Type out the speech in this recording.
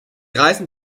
reißen